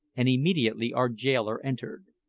and immediately our jailer entered.